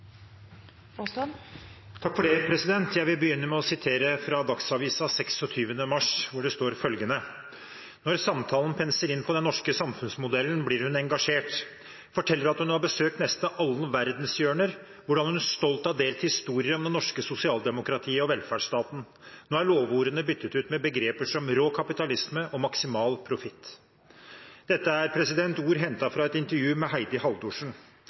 Jeg vil begynne med å sitere fra Dagsavisen den 26. mars, hvor det sto følgende: «Når samtalen penser inn på den norske samfunnsmodellen, blir hun engasjert. Forteller at hun har besøkt nesten alle verdens hjørner, hvordan hun stolt har delt historier om det norske sosialdemokratiet og velferdsstaten. Nå er lovordene byttet ut med begreper som «rå kapitalisme» og «maksimal profitt»». Dette er ord hentet fra et intervju med Heidi Haldorsen.